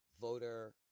voter